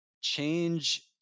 change